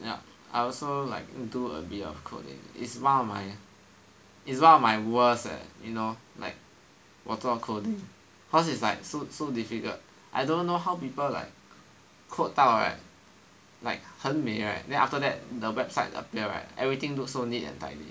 ya I also like do a bit of coding is one of my is one of my worse eh you know like 我做 coding cause it's like so so difficult I don't know how people like code 到 right like 很美 right then after that the website appear right everything look so neat and tidy